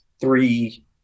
three